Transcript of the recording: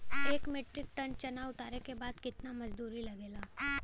एक metric ton चना उतारे बदे कितना मजदूरी लगे ला?